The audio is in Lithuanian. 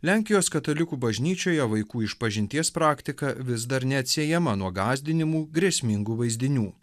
lenkijos katalikų bažnyčioje vaikų išpažinties praktika vis dar neatsiejama nuo gąsdinimų grėsmingų vaizdinių